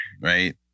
Right